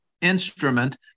instrument